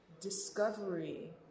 discovery